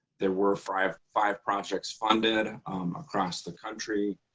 there were five five projects funded across the country,